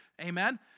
Amen